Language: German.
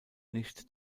nicht